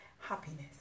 Happiness